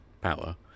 power